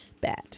bad